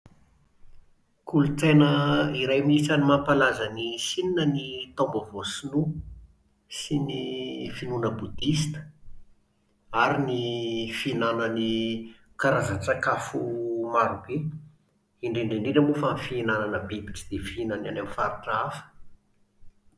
Kolontsaina iray anisan'ny mampalaza an'i Shina ny Taombaovao shinoa sy ny finoana bodista, ary ny fihinanany karazan-tsakafo marobe. Indrindra indrindra moa fa ny fihinanana biby tsy dia fihinan'ny any amin'ny faritra hafa.